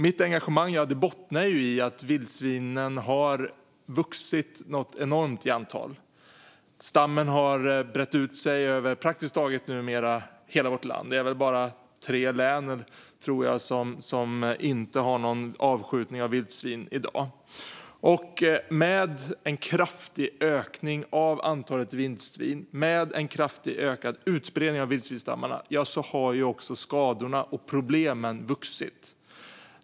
Mitt engagemang bottnar i att vildsvinen har vuxit något enormt i antal. Stammen har brett ut sig över praktiskt taget hela vårt land. Det är väl bara tre län som inte har någon avskjutning av vildsvin i dag. Med en kraftig ökning av antalet vildsvin och med en kraftigt ökad utbredning av vildsvinsstammarna har också skadorna och problemen vuxit.